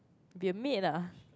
they made ah